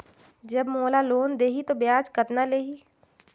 जब मोला लोन देही तो ब्याज कतना लेही?